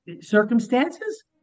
circumstances